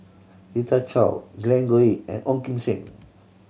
Rita Chao Glen Goei and Ong Kim Seng